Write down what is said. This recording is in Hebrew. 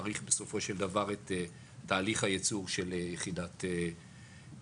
מאריך בסופו של דבר את תהליך הייצור של יחידת דיור.